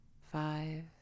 five